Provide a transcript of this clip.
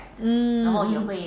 mmhmm hmm